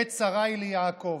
עת צרה היא ליעקב,